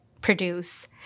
produce